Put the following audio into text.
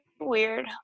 weird